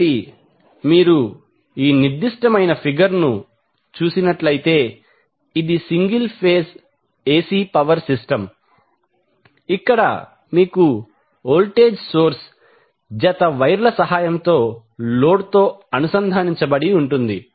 కాబట్టి మీరు ఈ నిర్దిష్టమైన ఫిగర్ ను చూసినట్లయితే ఇది single phase AC power system ఇక్కడ మీకు వోల్టేజ్ సోర్స్ జత వైర్ ల సహాయంతో లోడ్ తో అనుసంధానించబడి ఉంటుంది